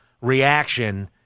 reaction